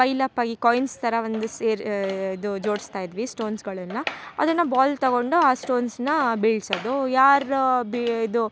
ಪೈಲಪ್ಪಾಗಿ coins ಥರ ಒಂದು ಸೇರು ಇದು ಜೋಡಿಸ್ತಾ ಇದ್ವಿ ಸ್ಟೋನ್ಸ್ಗಳನ್ನು ಅದನ್ನು ಬಾಲ್ ತಗೊಂಡು ಆ ಸ್ಟೋನ್ಸ್ನ್ನು ಬಿಳ್ಸೋದು ಯಾರು ಬಿ ಇದು